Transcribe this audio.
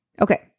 Okay